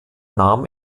nahm